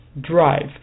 drive